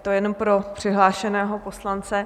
To jenom pro přihlášeného poslance.